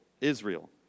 Israel